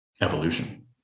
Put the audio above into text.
evolution